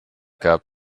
gab